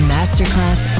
Masterclass